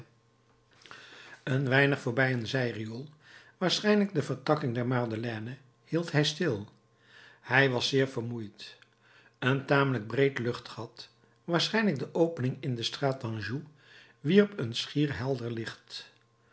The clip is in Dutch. een weinig voorbij een zijriool waarschijnlijk de vertakking der madelaine hield hij stil hij was zeer vermoeid een tamelijk breed luchtgat waarschijnlijk de opening in de straat d'anjou wierp een schier helder licht